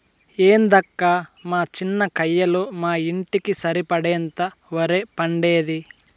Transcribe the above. ఏందక్కా మా చిన్న కయ్యలో మా ఇంటికి సరిపడేంత ఒరే పండేది